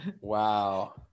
Wow